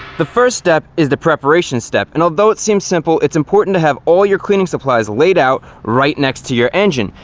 the first step is the preparation step, and although it seems simple, it's important to have all your cleaning supplies laid out right next to your engine.